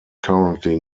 currently